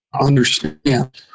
understand